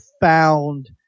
found